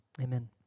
Amen